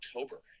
October